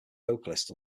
vocalist